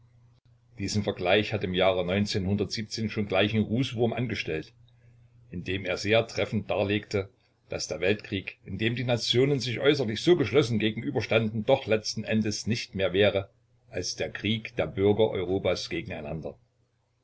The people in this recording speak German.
diesen vergleich hat im jahre schon gleichen-rußwurm angestellt indem er sehr treffend darlegte daß der weltkrieg in dem die nationen sich äußerlich so geschlossen gegenüberstanden doch letzten endes nicht mehr wäre als der krieg der bürger europas gegeneinander